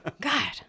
god